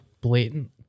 blatant